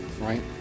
right